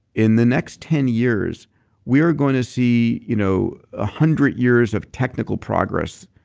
in the next ten years we are going to see you know a hundred years of technical progress.